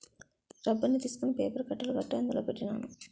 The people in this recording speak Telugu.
రబ్బర్ని తీసుకొని పేపర్ కట్టలు కట్టి అందులో పెట్టినాను